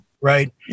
Right